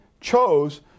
chose